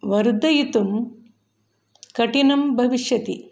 वर्धयितुं कठिनं भविष्यति